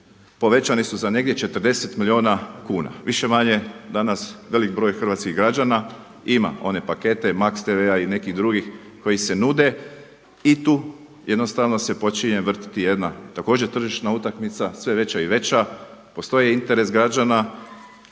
povećani su za negdje 40 milijuna kuna. Više-manje danas velik broj hrvatskih građana ima one pakete Max TV-a i nekih drugih koji se nude i tu jednostavno se počinje vrtiti jedna također tržišna utakmica, sve veća i veća. Postoji interes građana,